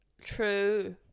True